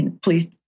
please